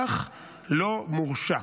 אך לא מורשע.